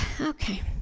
Okay